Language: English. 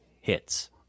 hits